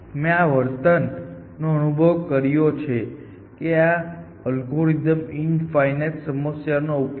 મેં આ વર્તન નો અનુભવ કર્યો છે કે આ અલ્ગોરિધમ્સ ઇન્ફાઇનાઇટ સમયનો ઉપયોગ કરવાનું ચાલુ રાખે છે